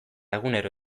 egunero